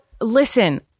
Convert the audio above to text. listen